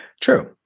True